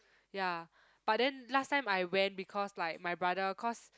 ya but then last time I went because like my brother cause